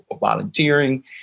volunteering